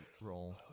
roll